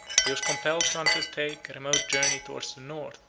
he was compelled to undertake a remote journey towards the north,